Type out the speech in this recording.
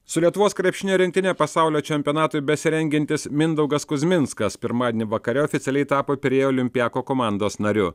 su lietuvos krepšinio rinktine pasaulio čempionatui besirengiantis mindaugas kuzminskas pirmadienį vakare oficialiai tapo pirėjo olympiako komandos nariu